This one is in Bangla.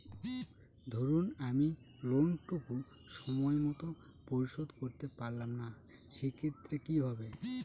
ধরুন আমি লোন টুকু সময় মত পরিশোধ করতে পারলাম না সেক্ষেত্রে কি হবে?